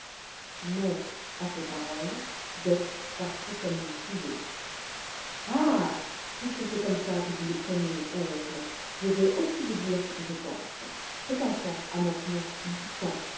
mais à ces paroles dete partit comme une fusée ah puisque c'est comme ça que vous le prenez oncle je vais aussi vous dire ce que je pense cette enfant a maintenant huit